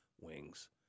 wings